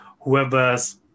whoever's